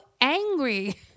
angry